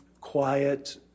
quiet